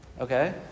Okay